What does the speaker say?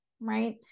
right